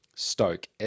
stoke